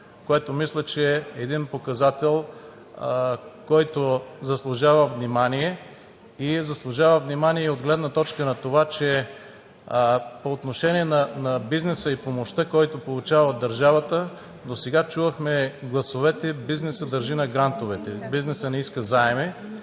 което мисля, че е един показател, който заслужава внимание. Заслужава внимание и от гледна точка на това, че по отношение на бизнеса и помощта, която получава от държавата, досега чувахме гласовете: „бизнесът държи на грантовете, бизнесът не иска заеми“.